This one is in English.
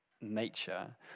nature –